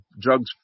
drugs